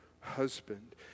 husband